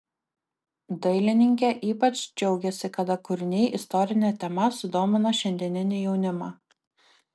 dailininkė ypač džiaugiasi kada kūriniai istorine tema sudomina šiandieninį jaunimą